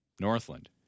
Northland